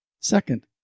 Second